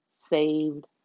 saved